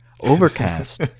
Overcast